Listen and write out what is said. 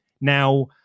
Now